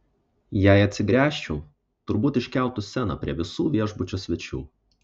jei atsigręžčiau turbūt iškeltų sceną prie visų viešbučio svečių